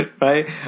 Right